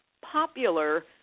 popular